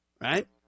Right